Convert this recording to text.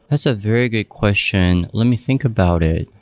that's a very good question. let me think about it.